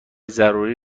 ضروری